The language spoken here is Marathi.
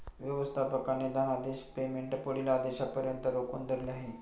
व्यवस्थापकाने धनादेश पेमेंट पुढील आदेशापर्यंत रोखून धरले आहे